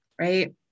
right